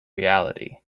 reality